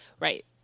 right